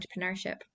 entrepreneurship